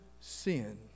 sin